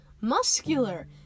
Muscular